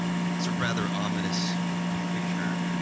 so that's a rather ominous picture,